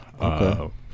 Okay